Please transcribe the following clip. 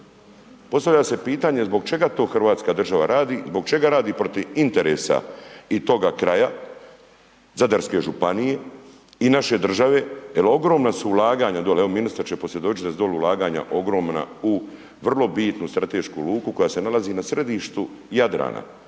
Postavlja se pitanje zbog čega to hrvatska država radi i zbog čega radi protiv interesa i toga kraja, Zadarske županije i naše države jer ogromna su ulaganja dole, evo ministar će posvjedočiti da su dole ulaganja ogromna u vrlo bitnu stratešku luku koja se nalazi na središtu Jadrana,